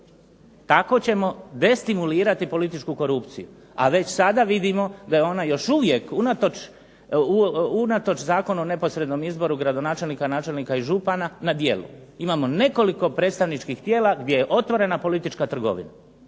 Tako ćemo destimulirati političku korupciju, a već sada vidimo da je ona još uvijek, unatoč Zakonu o neposrednom izboru gradonačelnika, načelnika i župana na djelu. Imamo nekoliko predstavničkih tijela gdje je otvorena politička trgovina